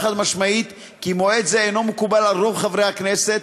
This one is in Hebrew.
חד-משמעית כי מועד זה אינו מקובל על רוב חברי הכנסת,